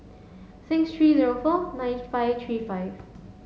six three zero four nine five three five